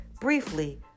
Briefly